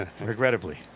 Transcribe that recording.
Regrettably